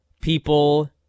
people